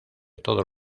todos